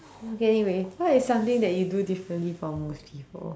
okay anyway what is something that you do differently from most people